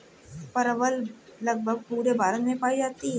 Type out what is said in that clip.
परवल लगभग पूरे भारत में पाई जाती है